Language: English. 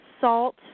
salt